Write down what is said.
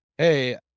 hey